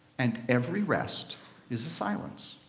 and every rest is a silence.